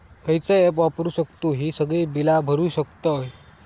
खयचा ऍप वापरू शकतू ही सगळी बीला भरु शकतय?